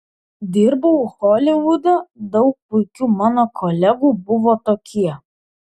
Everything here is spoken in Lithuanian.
dirbau holivude daug puikių mano kolegų buvo tokie